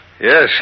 Yes